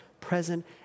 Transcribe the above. present